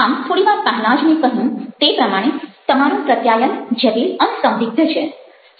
આમ થોડી વાર પહેલા જ મેં કહ્યું તે પ્રમાણે તમારું પ્રત્યાયન જટિલ અને સંદિગ્ધ છે